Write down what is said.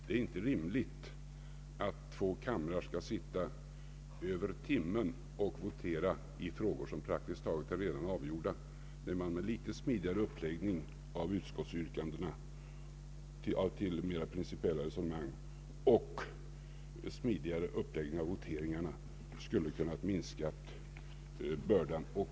Det är inte rimligt att två kamrar skall sitta över timmen och votera i frågor, som praktiskt taget redan är avgjorda, när man med en litet smidigare uppläggning av utskottsyrkandena till mera principiella resonemang och en smidigare uppläggning av voteringarna skulle kunnat minska bördan.